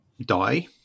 die